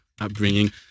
upbringing